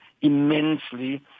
immensely